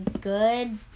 good